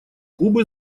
кубы